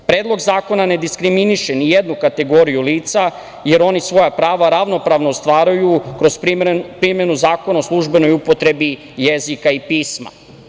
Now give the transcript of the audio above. Predlog zakona ne diskriminiše ni jednu kategoriju lica, jer oni svoja prava ravnopravno ostvaruju kroz primenu Zakona o službenoj upotrebi jezika i pisma.